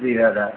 जी दादा